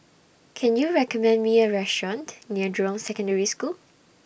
Can YOU recommend Me A Restaurant near Jurong Secondary School